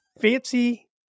fancy